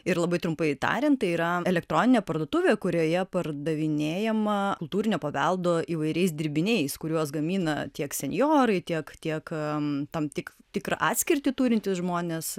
ir labai trumpai tariant tai yra elektroninė parduotuvė kurioje pardavinėjama kultūrinio paveldo įvairiais dirbiniais kuriuos gamina tiek senjorai tiek tiek tam tik tikrą atskirtį turintys žmonės